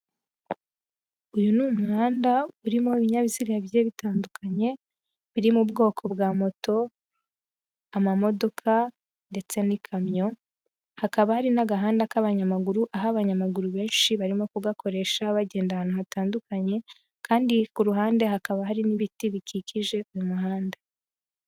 Uyu ni umuhanda urimo ibinyabiziga bigiye bitandukanye biri mu bwoko bwa moto, amamodoka ndetse n'ikamyo, hakaba hari n'agahanda k'abanyamaguru aho abanyamaguru benshi barimo kugakoresha bagenda ahantu hatandukanye kandi ku ruhande hakaba hari n'ibiti bikikije umuhanda.